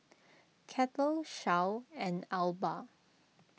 Kettle Shell and Alba